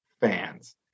fans